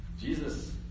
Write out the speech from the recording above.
Jesus